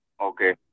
Okay